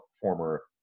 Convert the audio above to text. former